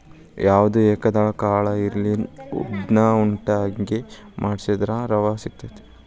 ಯಾವ್ದ ಏಕದಳ ಕಾಳ ಇರ್ಲಿ ಅದ್ನಾ ಉಟ್ಟಂಗೆ ವಡ್ಸಿದ್ರ ರವಾ ಸಿಗತೈತಿ